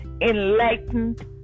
enlightened